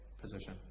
position